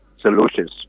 solutions